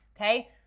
okay